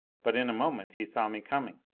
but in a moment he saw me coming.